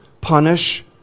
punish